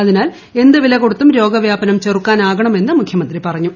അതിനാൽ എന്തു വിലകൊടുത്തും രോഗവൃാപനം ചെറുക്കാനാകണമെന്ന് മുഖ്യമന്ത്രി പറഞ്ഞു